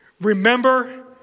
Remember